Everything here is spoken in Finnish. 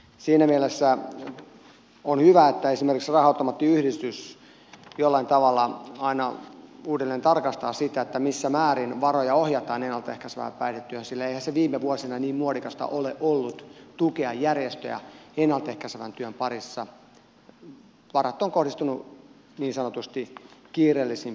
siinä mielessä on hyvä että esimerkiksi raha automaattiyhdistys jollain tavalla aina uudelleen tarkastaa missä määrin varoja ohjataan ennalta ehkäisevään päihdetyöhön sillä eihän se viime vuosina niin muodikasta ole ollut tukea järjestöjä ennalta ehkäisevän työn parissa varat ovat kohdistuneet niin sanotusti kiireellisempiin tehtäviin